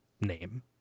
name